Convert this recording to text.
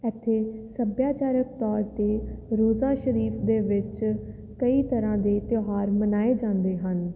ਇੱਥੇ ਸੱਭਿਆਚਾਰਕ ਤੌਰ 'ਤੇ ਰੋਜ਼ਾ ਸ਼ਰੀਫ ਦੇ ਵਿੱਚ ਕਈ ਤਰ੍ਹਾਂ ਦੇ ਤਿਉਹਾਰ ਮਨਾਏ ਜਾਂਦੇ ਹਨ